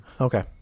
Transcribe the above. Okay